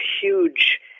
huge